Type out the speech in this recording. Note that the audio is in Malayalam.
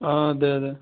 ആ അതെ അതെ